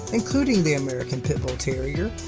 including the american pit bull terrier,